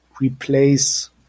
replace